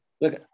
Look